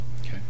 okay